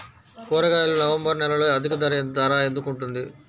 కూరగాయలు నవంబర్ నెలలో అధిక ధర ఎందుకు ఉంటుంది?